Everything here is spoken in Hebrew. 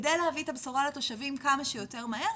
כדי להביא את הבשורה לתושבים כמה שיותר מהר,